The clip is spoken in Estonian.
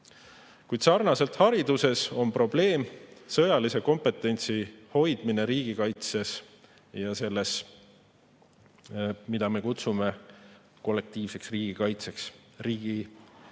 Kuid sarnaselt haridusega on probleem sõjalise kompetentsi hoidmine riigikaitses ja selles, mida me kutsume kollektiivseks riigikaitseks riigiteenistujate